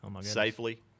safely